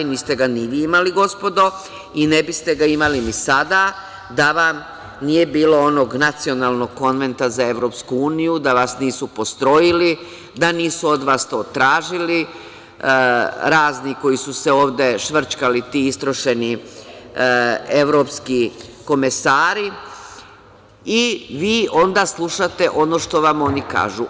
Niste ga ni vi imali, gospodo, i ne biste ga imali ni sada da vam nije bilo onog Nacionalnog konventa za EU, da vas nisu postrojili, da nisu od vas to tražili razni koji su se ovde švrćkali, ti istrošeni evropski komesari, i vi onda slušate ono što vam oni kažu.